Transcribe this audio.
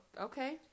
okay